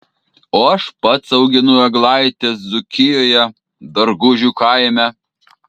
o aš pats auginu eglaites dzūkijoje dargužių kaime